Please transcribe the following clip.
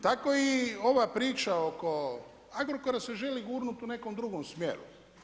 Tako i ova priča oko Agrokora se želi gurnuti u nekom drugom smjeru.